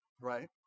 Right